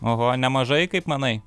oho nemažai kaip manai